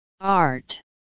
art